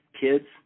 kids